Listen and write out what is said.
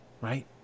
Right